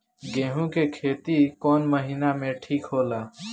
गेहूं के खेती कौन महीना में ठीक होला?